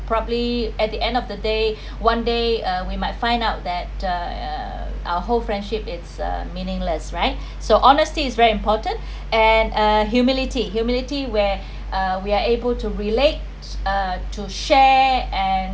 probably at the end of the day one day uh we might find out that err our whole friendship it's a meaningless right so honesty is very important and uh humility humility where uh we are able to relate uh to share and